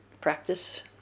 practice